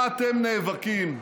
מה אתם נאבקים?